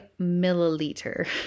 milliliter